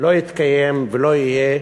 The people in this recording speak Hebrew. לא יתקיים ולא יהיה